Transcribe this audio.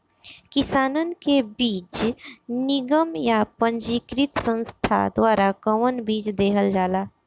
किसानन के बीज निगम या पंजीकृत संस्था द्वारा कवन बीज देहल जाला?